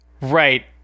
right